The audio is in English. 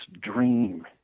dream